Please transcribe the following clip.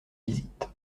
visite